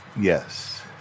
Yes